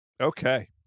Okay